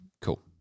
Cool